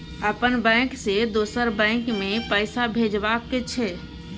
अपन बैंक से दोसर बैंक मे पैसा भेजबाक छै?